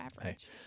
average